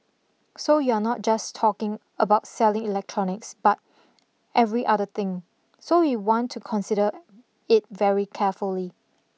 so you're not just talking about selling electronics but every other thing so we want to consider it very carefully